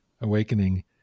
awakening